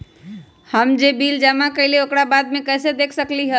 हम जे बिल जमा करईले ओकरा बाद में कैसे देख सकलि ह?